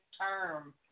term